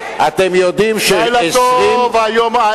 אתם יודעים ש-20, לילה טוב, לילה טוב.